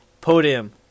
podium